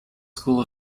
school